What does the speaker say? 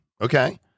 Okay